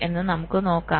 എന്ന് നമുക്ക് നോക്കാം